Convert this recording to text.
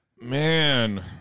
Man